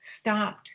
stopped